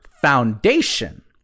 Foundation